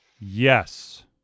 Yes